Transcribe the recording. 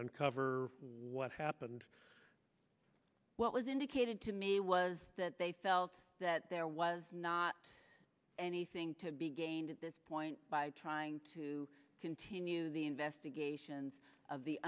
the cover what happened what was indicated to me was that they felt that there was not anything to be gained at this point by trying to continue the investigations of the